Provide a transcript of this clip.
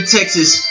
Texas